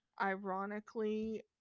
ironically